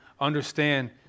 understand